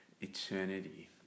eternity